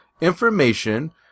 information